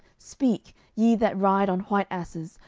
speak, ye that ride on white asses,